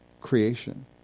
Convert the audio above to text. creation